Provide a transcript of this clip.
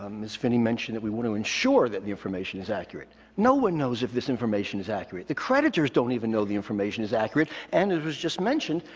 ms. finney mentioned that we want to ensure that the information is accurate. no one knows if this information is accurate. the creditors don't even know the information is accurate, and as was just mentioned,